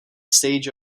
stage